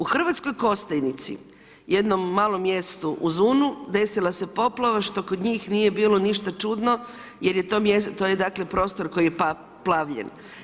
U Hrvatskoj Kostajnici jednom malom mjestu uz Unu, desila se poplava što kod njih nije bilo ništa čudno, jer je to mjesto, to je dakle, prostor koji je poplavljen.